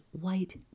white